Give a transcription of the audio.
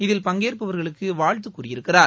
இதில் பங்கேற்பவா்களுக்கு வாழ்த்து கூறியிருக்கிறார்